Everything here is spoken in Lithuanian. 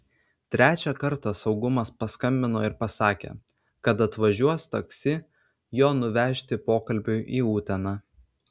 trečią kartą saugumas paskambino ir pasakė kad atvažiuos taksi jo nuvežti pokalbiui į uteną